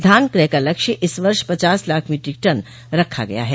धान क्रय का लक्ष्य इस वर्ष पचास लाख मीट्रिक टन रखा गया है